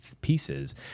pieces